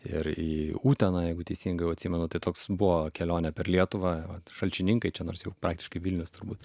ir į uteną jeigu teisingai jau atsimenu tai toks buvo kelionę per lietuvą vat šalčininkai čia nors jau praktiškai vilnius turbūt